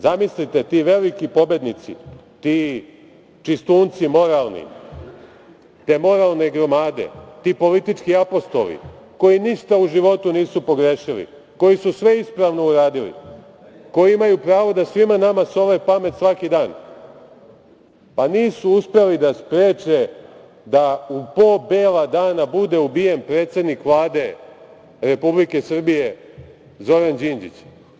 Zamislite, ti veliki pobednici, ti čistunci moralni, te moralne gromade, ti politički apostoli koji ništa u životu nisu pogrešili, koji su sve ispravno uradili, koji imaju pravo da svima nama sole pamet svaki dan, pa nisu uspeli da spreče da u po bela dana bude ubijen predsednik Vlade Republike Srbije Zoran Đinđić.